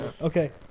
Okay